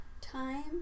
Time